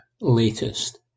Latest